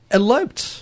eloped